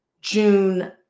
June